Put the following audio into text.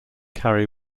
carry